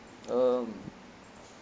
um